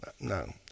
No